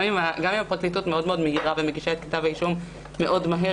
גם אם הפרקליטות מאוד-מאוד מהירה ומגישה את כתב האישום מהר מאוד,